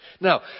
Now